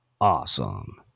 awesome